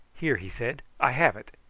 here, he said, i have it!